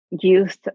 youth